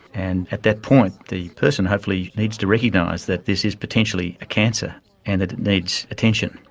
and at that point the person hopefully needs to recognise that this is potentially a cancer and that it needs attention.